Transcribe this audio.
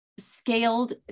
scaled